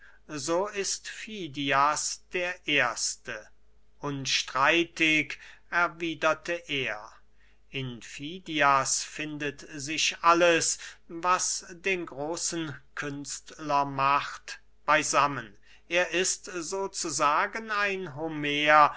so ist fidias der erste unstreitig erwiederte er in fidias findet sich alles was den großen künstler macht beysammen er ist so zu sagen ein homer